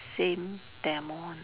same demo one